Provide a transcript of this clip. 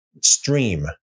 stream